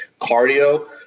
cardio